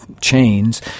chains